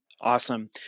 Awesome